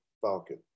falcon